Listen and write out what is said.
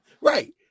right